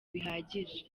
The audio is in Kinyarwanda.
bihagije